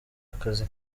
akazi